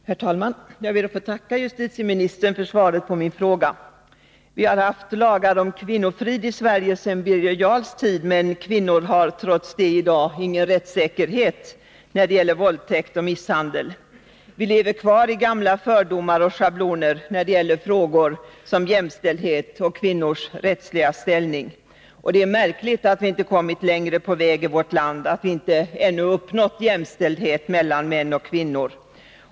Herr talman! Jag ber att få tacka justitieministern för svaret på min fråga. Vi har haft lagar om kvinnofrid i Sverige sedan Birger Jarls tid, men kvinnor har trots det i dag ingen rättssäkerhet beträffande våldtäkt och misshandel. Vi lever kvar i gamla fördomar och schabloner när det gäller frågor som jämställdhet och kvinnors rättsliga ställning. Det är märkligt att vi inte kommit längre på väg i vårt land, att vi ännu inte uppnått jämställdhet mellan män och kvinnor.